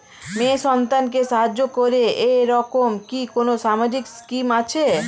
মেয়ে সন্তানকে সাহায্য করে এরকম কি কোনো সামাজিক স্কিম আছে?